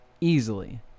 easily